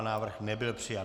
Návrh nebyl přijat.